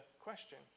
question